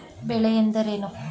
ಬೆಳೆ ಎಂದರೇನು?